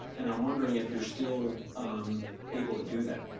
and i'm wondering if you're still able to do that.